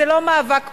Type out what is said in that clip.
זה לא מאבק פשוט,